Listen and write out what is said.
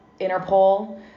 Interpol